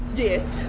yes.